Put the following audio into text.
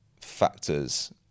factors